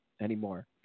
anymore